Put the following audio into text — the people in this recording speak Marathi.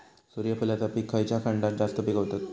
सूर्यफूलाचा पीक खयच्या खंडात जास्त पिकवतत?